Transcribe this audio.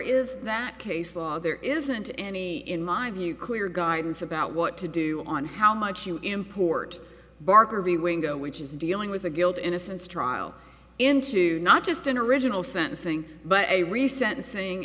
is that case law there isn't any in my view clear guidance about what to do on how much you import barker v window which is dealing with the guilt innocence trial into not just an original sentencing but a recent